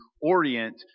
orient